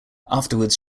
afterwards